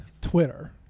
Twitter